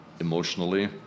emotionally